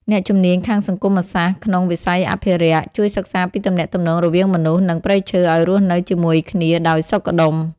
អ្នកជំនាញខាងសង្គមសាស្ត្រក្នុងវិស័យអភិរក្ស ជួយសិក្សាពីទំនាក់ទំនងរវាងមនុស្ស និងព្រៃឈើឱ្យរស់នៅជាមួយគ្នាដោយសុខដុម។